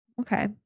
Okay